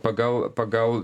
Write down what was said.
pagal pagal